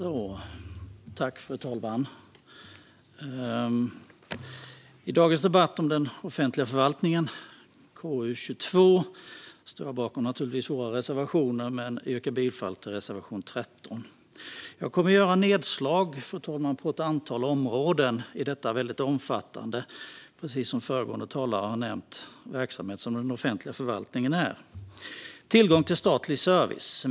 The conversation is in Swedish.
Fru talman! I dagens debatt om betänkande KU22 om den offentliga förvaltningen står jag naturligtvis bakom alla våra reservationer men yrkar bifall endast till reservation 13. Jag kommer, fru talman, att göra nedslag på ett antal områden av den väldigt omfattande verksamhet som den offentliga förvaltningen är, som föregående talare har nämnt. Jag börjar med tillgång till statlig service.